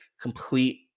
complete